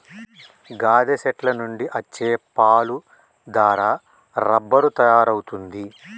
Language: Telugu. గాదె సెట్ల నుండి అచ్చే పాలు దారా రబ్బరు తయారవుతుంది